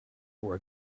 were